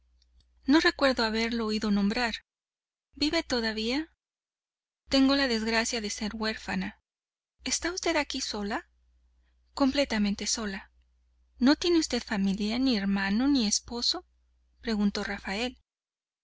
no recuerdo haberlo oído nombrar vive todavía tengo la desgracia de ser huérfana está usted aquí sola completamente sola no tiene usted familia ni hermano ni esposo preguntó rafael